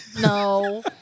No